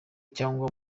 cyangwa